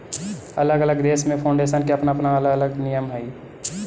अलग अलग देश में फाउंडेशन के अपना अलग अलग नियम हई